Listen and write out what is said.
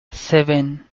seven